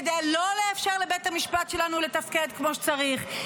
כדי לא אפשר לבית המשפט שלנו לתפקד כמו שצריך,